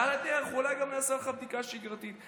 ועל הדרך אולי גם נעשה לך בדיקה שגרתית.